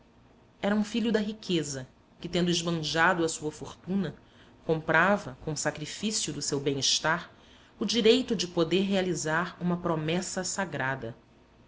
era um filho da riqueza que tendo esbanjado a sua fortuna comprava com sacrifício do seu bem-estar o direito de poder realizar uma promessa sagrada